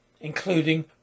including